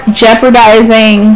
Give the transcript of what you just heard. jeopardizing